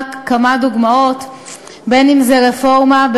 גם אם היא מורכבת